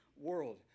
world